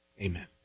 amen